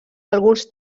alguns